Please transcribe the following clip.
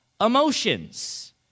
emotions